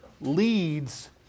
leads